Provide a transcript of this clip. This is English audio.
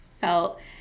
felt